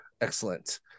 excellent